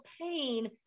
pain